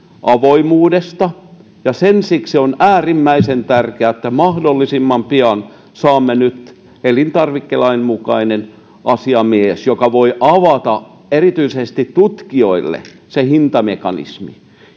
avoimuudesta ja siksi on äärimmäisen tärkeää että mahdollisimman pian saamme nyt elintarvikelain mukaisen asiamiehen joka voi avata erityisesti tutkijoille sen hintamekanismin